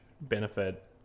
benefit